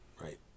right